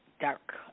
dark